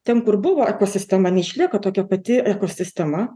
ten kur buvo ekosistema jin išliko tokia pati ekosistema